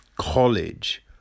college